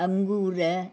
अंगूर